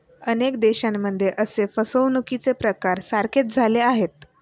अनेक देशांमध्ये असे फसवणुकीचे प्रकार सारखेच झाले आहेत